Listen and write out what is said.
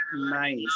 Nice